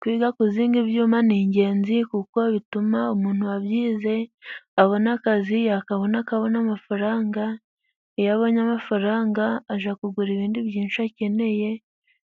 Kwiga kuzinga ibyuma ni ingenzi kuko bituma umuntu wabyize abona akazi, yakabona akabona amafaranga iyo abonye amafaranga aja kugura ibindi byinshi akeneye